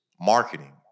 Marketing